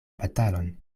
batalon